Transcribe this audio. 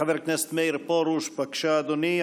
חבר הכנסת מאיר פרוש, בבקשה, אדוני.